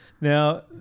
Now